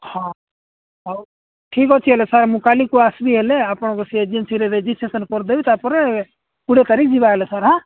ହଁ ହଉ ଠିକ୍ ଅଛି ହେଲେ ସାର୍ ମୁଁ କାଲିକୁ ଆସିବି ହେଲେ ଆପଣଙ୍କର ସେ ଏଜେନ୍ସିରେ ରେଜିଷ୍ଟ୍ରେସନ୍ କରିଦେବି ତାପରେ କୋଡ଼ିଏ ତାରିଖ ଯିବା ହେଲେ ସାର୍ ହଁ